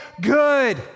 good